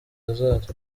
hazaza